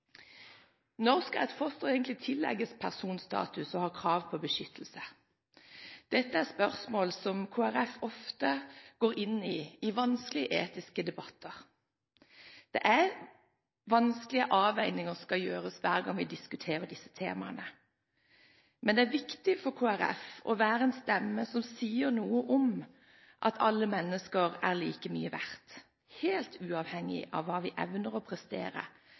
Når skal et foster egentlig tillegges personstatus og ha krav på beskyttelse? Dette er et spørsmål som Kristelig Folkeparti ofte går inn i i vanskelige etiske debatter. Det er vanskelige avveininger som skal gjøres hver gang vi diskuterer disse temaene, men det er viktig for Kristelig Folkeparti å være en stemme som sier noe om at alle mennesker er like mye verd, helt uavhengig av hva vi evner å prestere,